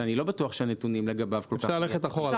שאני לא בטוח שהנתונים לגביו כל כך מייצגים.